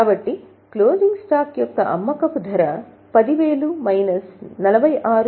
కాబట్టి closing stock యొక్క అమ్మకపు ధర 10000 మైనస్ 46